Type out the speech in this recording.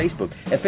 Facebook